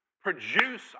produce